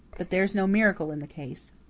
but there's no miracle in the case.